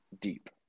deep